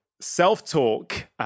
self-talk